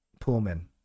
Pullman